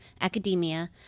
academia